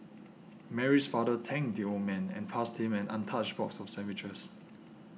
Mary's father thanked the old man and passed him an untouched box of sandwiches